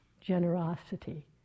generosity